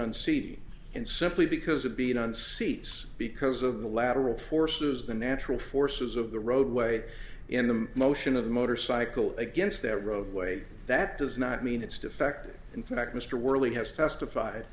on cd and simply because of being on seats because of the lateral forces the natural forces of the roadway in the motion of the motorcycle against that roadway that does not mean it's defective in fact mr worley has testified